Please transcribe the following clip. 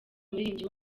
umuririmbyi